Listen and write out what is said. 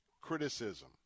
Criticism